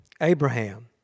Abraham